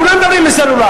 כולם מדברים בסלולר.